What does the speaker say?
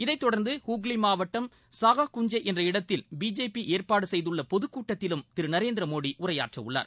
இதைத் தொடர்ந்து ஹூக்ளி மாவட்டம் சகாகுஞ்ஜே என்ற இடத்தில் பிஜேபி ஏற்பாடு செய்துள்ள பொதுக்கூட்டத்திலும் திரு நரேந்திரமோடி உரையாற்றவுள்ளார்